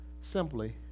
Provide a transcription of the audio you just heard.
simply